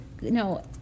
No